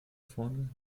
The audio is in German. vorne